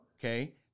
Okay